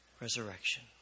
resurrection